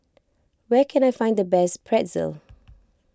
where can I find the best Pretzel